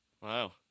Wow